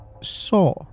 saw